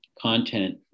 content